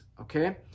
okay